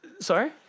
Sorry